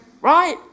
Right